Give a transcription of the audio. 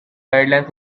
guidelines